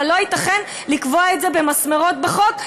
אבל לא ייתכן לקבוע את זה במסמרות בחוק,